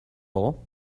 all